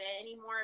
anymore